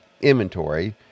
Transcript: inventory